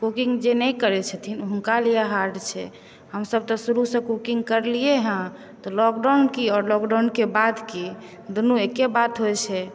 cooking जे नहि करै छथिन हुनका लिय हार्ड छै हमसभ तऽ शुरुसॅं कूकिंग करलियै हँ तऽ लॉकडाउन की आ लॉकडाउनके बाद की दुनू एके बात होइ छै